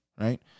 right